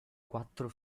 quattro